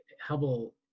Hubble